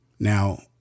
Now